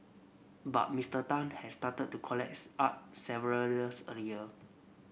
but Mister Tan had started to collects art several years earlier